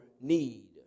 need